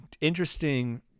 interesting